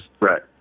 Right